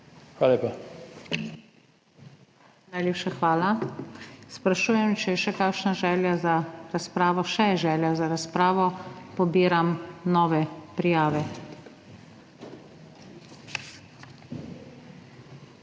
SUKIČ:** Najlepša hvala. Sprašujem, če je še kakšna želja za razpravo? Še je želja za razpravo. Pobiram nove prijave.